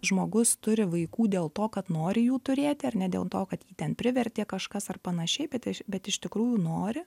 žmogus turi vaikų dėl to kad nori jų turėti ar ne dėl to kad jį ten privertė kažkas ar panašiai bet iš bet iš tikrųjų nori